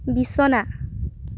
বিছনা